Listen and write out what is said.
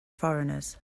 foreigners